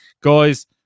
Guys